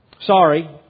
Sorry